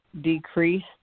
decrease